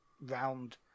round